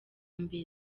mbere